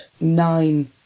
nine